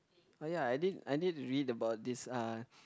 oh ya I did I did read about this uh